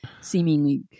seemingly